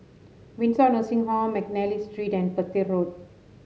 Windsor Nursing Home McNally Street and Petir Road